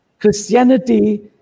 Christianity